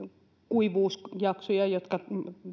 kuivuusjaksoja jotka